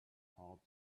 hard